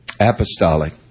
apostolic